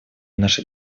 наша